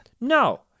No